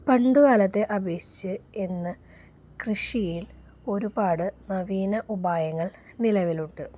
പണ്ടുകാലത്തെ അപേക്ഷിച്ച് ഇന്ന് കൃഷിയിൽ ഒരുപാട് നവീന ഉപായങ്ങൾ നിലവിലുണ്ട്